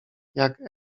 jak